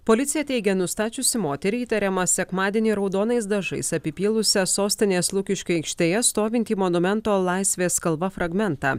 policija teigia nustačiusi moterį įtariamą sekmadienį raudonais dažais apipylusią sostinės lukiškių aikštėje stovintį monumento laisvės kalva fragmentą